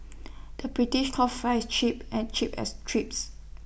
the British calls Fries Chips and chips as trips